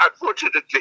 unfortunately